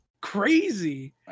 crazy